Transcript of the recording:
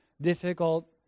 difficult